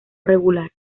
regular